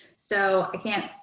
so i can't.